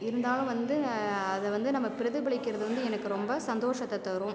இருந்தாலும் வந்து அதை வந்து நம்ம பிரதிபலிக்கிறது வந்து எனக்கு ரொம்ப சந்தோஷத்தை தரும்